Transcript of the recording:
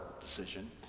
decision